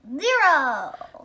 Zero